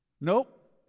Nope